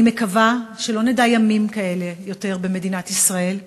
אני מקווה שלא נדע ימים כאלה עוד במדינת ישראל.